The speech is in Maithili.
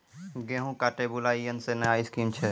गेहूँ काटे बुलाई यंत्र से नया स्कीम छ?